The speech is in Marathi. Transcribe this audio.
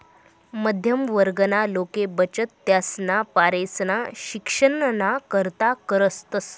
मध्यम वर्गना लोके बचत त्यासना पोरेसना शिक्षणना करता करतस